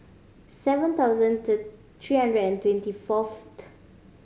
seven thousand three hundred and twenty fourth